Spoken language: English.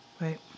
Right